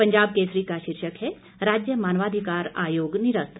पंजाब केसरी का शीर्षक है राज्य मानवाधिकार आयोग निरस्त